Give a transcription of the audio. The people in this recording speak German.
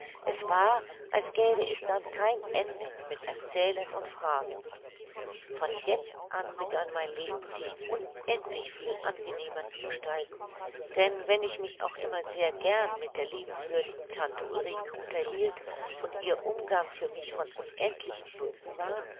es war als gäbe es dann kein ende mit erzählen und fragen von jetzt an begann mein leben sich unendlich viel angenehmer zu gestalten denn wenn ich mich auch immer sehr gern mit der liebenswürdigen tante ulrike unterhielt und ihr umgang für mich von unendlichem nutzen war